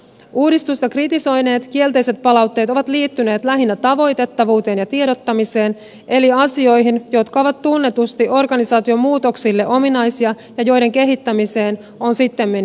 uudistusta kritisoineet kielteiset palautteet ovat liittyneet lähinnä tavoitettavuuteen ja tiedottamiseen eli asioihin jotka ovat tunnetusti organisaatiomuutoksille ominaisia ja joiden kehittämiseen on sittemmin panostettu